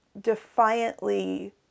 defiantly